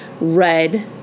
Red